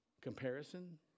comparison